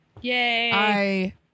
Yay